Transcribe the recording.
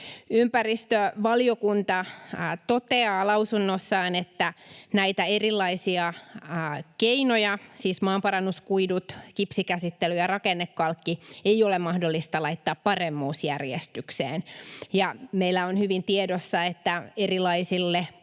Ympäristövaliokunta toteaa lausunnossaan, että näitä erilaisia keinoja — siis maanparannuskuidut, kipsikäsittely ja rakennekalkki — ei ole mahdollista laittaa paremmuusjärjestykseen, ja meillä on hyvin tiedossa, että erilaisille